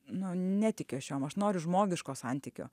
nu netikiu aš jom aš noriu žmogiško santykio